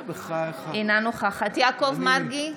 אינה נוכחת יעקב מרגי,